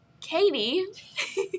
Katie